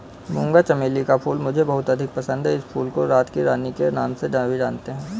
मूंगा चमेली का फूल मुझे बहुत अधिक पसंद है इस फूल को रात की रानी के नाम से भी जानते हैं